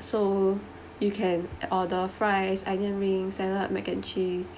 so you can order fries onion rings salad mac and cheese